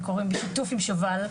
וקורים בשיתוף עם שוב"ל.